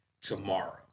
tomorrow